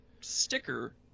sticker